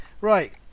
Right